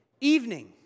evening